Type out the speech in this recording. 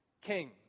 king